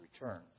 return